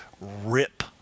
rip